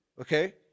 okay